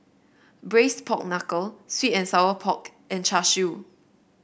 Braised Pork Knuckle sweet and Sour Pork and Char Siu